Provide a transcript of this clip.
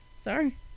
Sorry